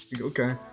Okay